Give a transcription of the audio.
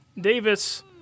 Davis